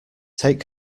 take